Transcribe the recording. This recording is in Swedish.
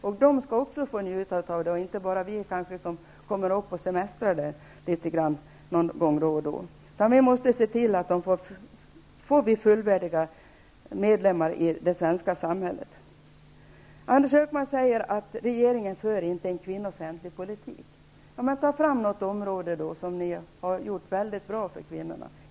Det är inte bara vi som kommer dit och semestrar någon gång då och då som skall ha rätt att njuta av landskapet, utan det skall också de människor som lever där ha. Vi måste se till att de människorna blir fullvärdiga medlemmar i det svenska samhället. Anders G Högmark säger att regeringen inte för en kvinnofientlig politik. Tag då fram något område där ni har gjort något väldigt bra för kvinnorna!